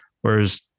whereas